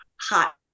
hot